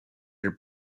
had